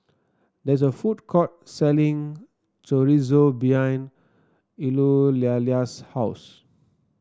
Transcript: there is a food court selling Chorizo behind Eulalia's house